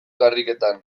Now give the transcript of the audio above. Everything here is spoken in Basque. karriketan